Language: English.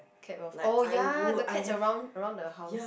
cat welf~ oh ya the cats around around the house